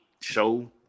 show